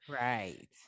Right